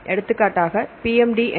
எடுத்துக்காட்டாக PMD எண்கள்